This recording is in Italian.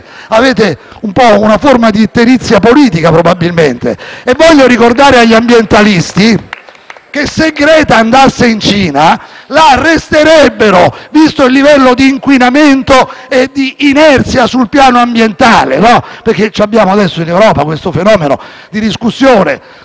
che se Greta andasse in Cina la arresterebbero, visto il livello di inquinamento e di inerzia sul piano ambientale. Abbiamo adesso in Europa il fenomeno di discussione dell'ecologismo precoce che va bene. Allora vediamo che succederebbe se andasse in Cina. Noi abbiamo il dramma di Taranto,